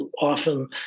often